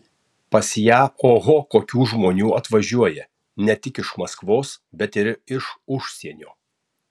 pas ją oho kokių žmonių atvažiuoja ne tik iš maskvos bet ir iš užsienio